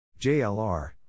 JLR